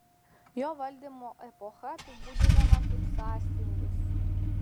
jo valdymo epocha apibūdinama kaip sąstingis